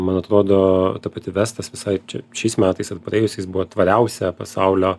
man atrodo ta pati vestas visai čia šiais metais ir praėjusiais buvo tvariausia pasaulio